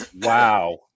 Wow